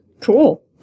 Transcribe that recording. Cool